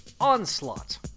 Onslaught